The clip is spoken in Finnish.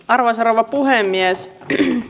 arvoisa rouva puhemies